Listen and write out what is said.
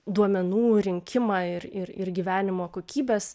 duomenų rinkimą ir ir ir gyvenimo kokybės